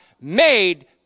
made